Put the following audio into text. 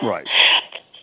Right